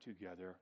together